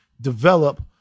develop